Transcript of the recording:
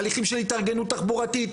תהליכים של התארגנות תחבורתית,